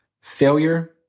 failure